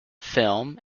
film